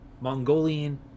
Mongolian